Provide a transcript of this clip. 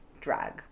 drag